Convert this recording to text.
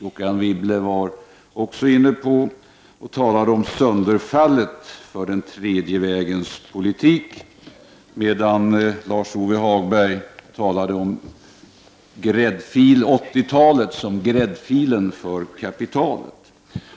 Även Anne Wibble har varit inne på det och talat om sönderfallet för den tredje vägens politik. Utifrån litet andra utgångspunkter har Lars-Ove Hagberg å sin sida talat om 80-talet som ”gräddfilen” för kapitalet.